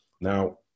Now